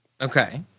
Okay